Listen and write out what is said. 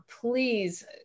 please